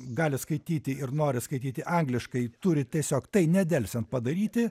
gali skaityti ir nori skaityti angliškai turi tiesiog tai nedelsiant padaryti